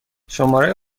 شماره